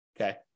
okay